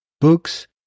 books